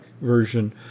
version